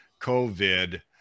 COVID